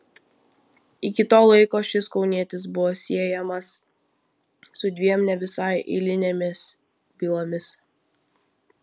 iki to laiko šis kaunietis buvo siejamas su dviem ne visai eilinėmis bylomis